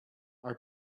are